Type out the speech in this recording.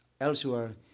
elsewhere